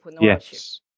Yes